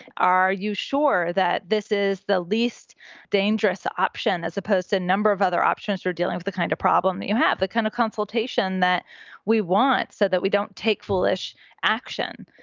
are you sure that this is the least dangerous option as opposed to a number of other options for dealing with the kind of problem that you have, the kind of consultation that we want so that we don't take foolish action?